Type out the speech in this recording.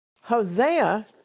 Hosea